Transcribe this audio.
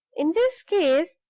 in this case,